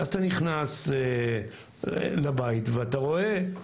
ואז אתה נכנס לבית ואתה רואה,